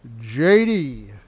JD